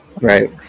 right